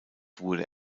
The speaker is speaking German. wurde